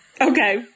Okay